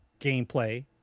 gameplay